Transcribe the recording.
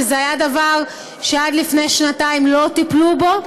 שזה היה דבר שעד לפני שנתיים לא טיפלו בו,